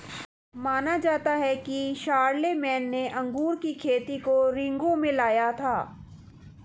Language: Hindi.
माना जाता है कि शारलेमेन ने अंगूर की खेती को रिंगौ में लाया था